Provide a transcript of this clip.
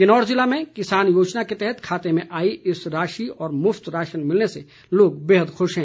किन्नौर ज़िले में किसान योजना के तहत खाते में आई इस राशि और मुफ्त राशन मिलने से बेहद खुश हैं